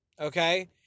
Okay